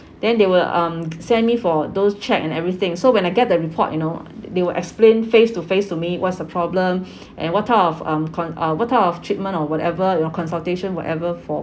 then they will um send me for those check and everything so when I get the report you know they will explain face to face to me what's the problem and what type of um con~ uh what type of treatment or whatever you know consultation whatever for